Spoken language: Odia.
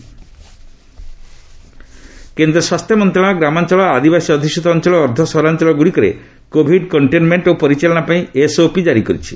ଏଚ୍ଏମ୍ ଏସ୍ଓପି କେନ୍ଦ୍ର ସ୍ୱାସ୍ଥ୍ୟ ମନ୍ତ୍ରଣାଳୟ ଗ୍ରାମାଞ୍ଚଳ ଆଦିବାସୀ ଅଧ୍ଯୁଷିତ ଅଞ୍ଚଳ ଓ ଅର୍ଦ୍ଧ ସହରାଞ୍ଚଳଗ୍ରଡ଼ିକରେ କୋଭିଡ୍ କଣ୍ଟେନ୍ମେଣ୍ଟ୍ ଓ ପରିଚାଳନା ପାଇଁ ଏସ୍ଓପି ଜାରି କରିଛି